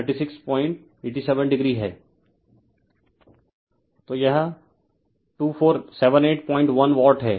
refer slide time 1943 तो यह 24781 watt है